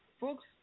folks